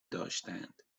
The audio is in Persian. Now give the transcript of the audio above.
داشتند